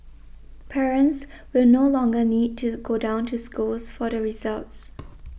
parents will no longer need to go down to schools for the results